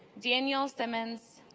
daniel simmons,